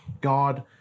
God